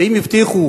ואם הבטיחו